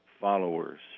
followers